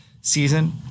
season